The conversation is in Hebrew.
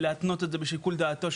ולהתנות את זה בשיקול דעתו,